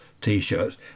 T-shirts